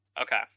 Okay